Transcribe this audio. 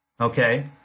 Okay